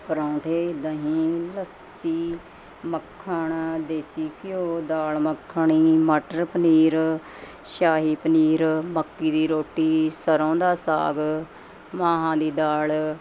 ਪਰੋਂਠੇ ਦਹੀਂ ਲੱਸੀ ਮੱਖਣ ਦੇਸੀ ਘਿਓ ਦਾਲ਼ ਮੱਖਣੀ ਮਟਰ ਪਨੀਰ ਸ਼ਾਹੀ ਪਨੀਰ ਮੱਕੀ ਦੀ ਰੋਟੀ ਸਰ੍ਹੋਂ ਦਾ ਸਾਗ ਮਾਂਹਾ ਦੀ ਦਾਲ਼